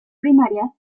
primarias